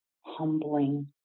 humbling